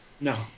no